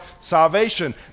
salvation